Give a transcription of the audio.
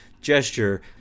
gesture